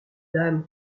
dame